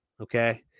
okay